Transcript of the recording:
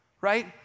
right